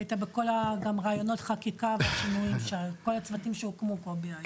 אתה היית בכל רעיונות החקיקה ובכל הצוותים שהוקמו פה בנושא.